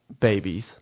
babies